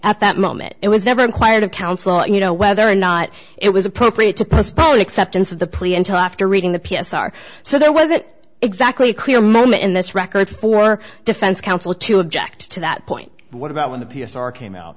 at that moment it was never inquired of counsel you know whether or not it was appropriate to postpone acceptance of the plea until after reading the p s r so there was it exactly clear moment in this record for defense counsel to object to that point what about when the p s r came out